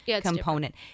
component